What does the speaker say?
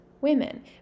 women